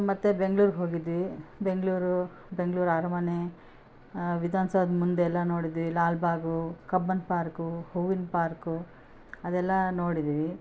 ಮತ್ತೆ ಬೆಂಗಳೂರಿಗೆ ಹೋಗಿದ್ವಿ ಬೆಂಗಳೂರು ಬೆಂಗಳೂರು ಅರಮನೆ ವಿಧಾನ ಸೌಧದ ಮುಂದೆ ಎಲ್ಲ ನೋಡಿದ್ವಿ ಲಾಲ್ ಬಾಗು ಕಬ್ಬನ್ ಪಾರ್ಕು ಹೂವಿನ ಪಾರ್ಕು ಅದೆಲ್ಲ ನೋಡಿದ್ವಿ